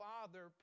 Father